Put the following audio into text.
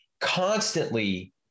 constantly